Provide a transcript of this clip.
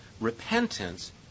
repentance